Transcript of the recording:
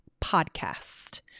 podcast